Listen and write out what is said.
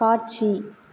காட்சி